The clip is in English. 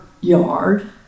yard